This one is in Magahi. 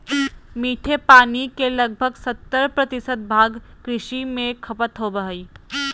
मीठे पानी के लगभग सत्तर प्रतिशत भाग कृषि में खपत होबो हइ